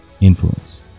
influence